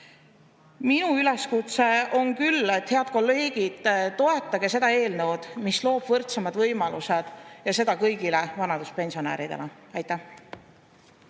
Minu üleskutse on küll see: head kolleegid, toetage seda eelnõu, mis loob võrdsemad võimalused kõigile vanaduspensionäridele. Aitäh!